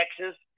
Texas